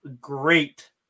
great